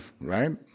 right